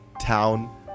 town